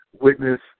witness